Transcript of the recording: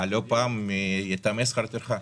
לא פעם מטעמי שכר טרחה.